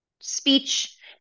speech